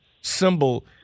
symbol